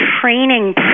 training